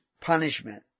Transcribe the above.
punishment